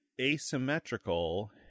asymmetrical